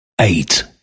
eight